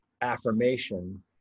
affirmation